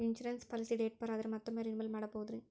Insurance policy date ಬಾರ್ ಆದರೆ ಮತ್ತೊಮ್ಮೆ ರಿನಿವಲ್ ಮಾಡಬಹುದ್ರಿ?